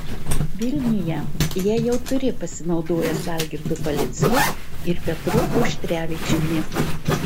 vilniuje ją jau turi pasinaudojęs algirdu paleckiu ir petru auštrevičiumi